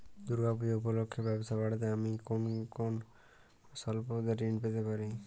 দূর্গা পূজা উপলক্ষে ব্যবসা বাড়াতে আমি কি কোনো স্বল্প ঋণ পেতে পারি?